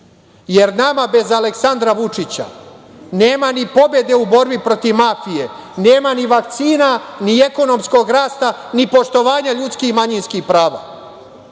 jer nama bez Aleksandra Vučića nema ni pobede u borbi protiv mafije, nema ni vakcina, ni ekonomskog rasta, ni poštovanja ljudskih i manjinskih prava,